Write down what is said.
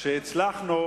שהצלחנו